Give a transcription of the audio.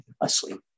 asleep